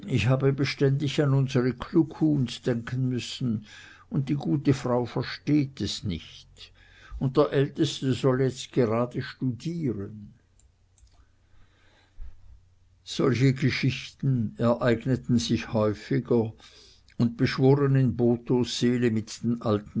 ich habe beständig an unsere kluckhuhns denken müssen und die gute frau versteht es nicht und der älteste soll jetzt gerade studieren solche geschichten ereigneten sich häufiger und beschworen in bothos seele mit den alten